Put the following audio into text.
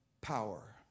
power